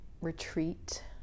Retreat